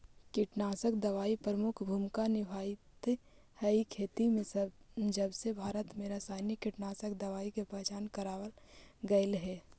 कीटनाशक दवाई प्रमुख भूमिका निभावाईत हई खेती में जबसे भारत में रसायनिक कीटनाशक दवाई के पहचान करावल गयल हे